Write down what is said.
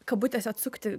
kabutėse atsukti